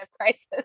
crisis